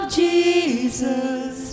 jesus